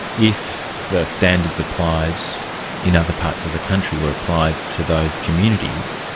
if the standards applied in other parts of the country were applied to those communities,